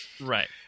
Right